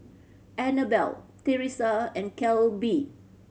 Anabelle Theresa and Kelby